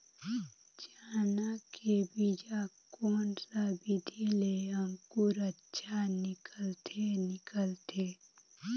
चाना के बीजा कोन सा विधि ले अंकुर अच्छा निकलथे निकलथे